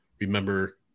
remember